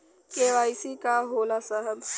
KYC का होला साहब?